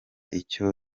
icyo